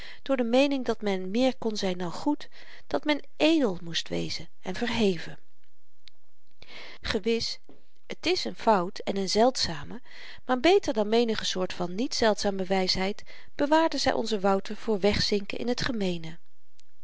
door de meening dat men meer kon zyn dan goed dat men edel moest wezen en verheven gewis t is n fout en n zeldzame maar beter dan menige soort van niet zeldzame wysheid bewaarde zy onzen wouter voor wegzinken in t gemeene